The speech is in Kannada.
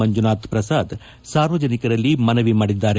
ಮಂಜುನಾಥ್ ಪ್ರಸಾದ್ ಸಾರ್ವಜನಿಕರಲ್ಲಿ ಮನವಿ ಮಾಡಿದ್ದಾರೆ